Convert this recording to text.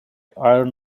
iron